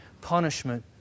punishment